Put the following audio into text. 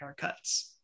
haircuts